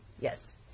Yes